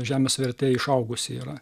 žemės vertė išaugusi yra